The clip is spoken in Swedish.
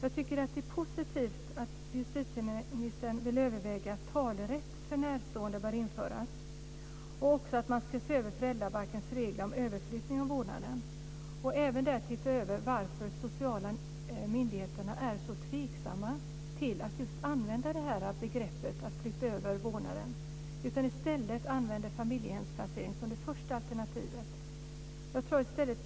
Jag tycker att det är positivt att justitieministern vill överväga att talerätt för närstående bör införas, att man också ska se över föräldrabalkens regler om överflyttning av vårdnaden och därtill se över varför de sociala myndigheterna är så tveksamma till att använda begreppet flytta över vårdnaden. I stället använder man familjehemsplacering som det första alternativet.